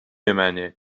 منه